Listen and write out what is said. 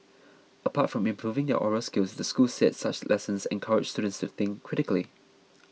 apart from improving their oral skills the school said such lessons encourage students to think critically